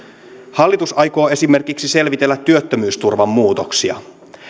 hallitus aikoo esimerkiksi selvitellä työttömyysturvan muutoksia